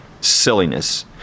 silliness